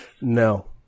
No